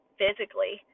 physically